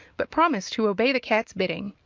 but promised to obey the cat's bidding.